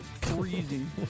freezing